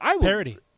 Parody